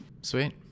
Sweet